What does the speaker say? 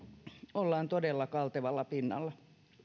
ollaan todella kaltevalla pinnalla